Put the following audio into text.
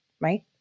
right